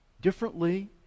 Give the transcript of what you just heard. differently